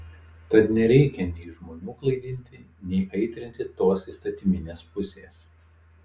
tad nereikia nei žmonių klaidinti nei aitrinti tos įstatyminės pusės